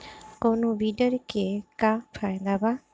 कौनो वीडर के का फायदा बा?